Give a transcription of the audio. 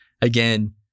again